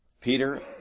Peter